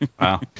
Wow